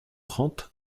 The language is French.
trente